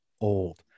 old